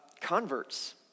converts